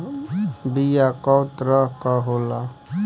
बीया कव तरह क होला?